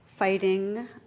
fighting